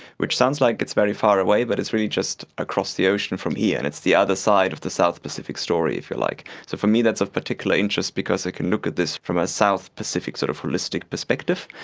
which sounds like it's a very far away but it's really just across the ocean from here, and it's the other side of the south pacific story, if you like. so for me that's of particular interest because i can look at this from a south pacific sort of holistic perspective.